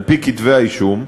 על-פי כתבי-האישום,